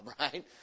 right